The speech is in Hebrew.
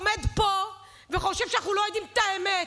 עומד פה וחושב שאנחנו לא יודעים את האמת.